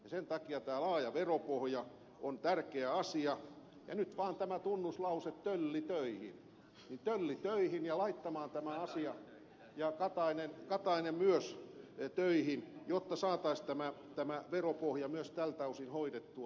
sen takia tämä laaja veropohja on tärkeä asia ja nyt vaan tämä tunnuslause tölli töihin tölli töihin ja laittamaan tämä asia kuntoon ja katainen myös töihin jotta saataisiin tämä veropohja myös tältä osin hoidettua